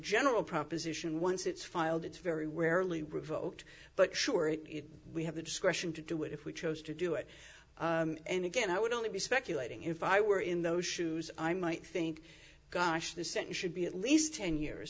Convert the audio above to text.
general proposition once it's filed it's very rarely revoked but sure we have the discretion to do it if we chose to do it and again i would only be speculating if i were in those shoes i might think gosh the sentence should be at least ten years